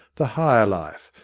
the higher life,